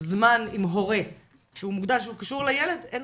זמן עם הורה שהוא מוקדש וקשור לילד, אין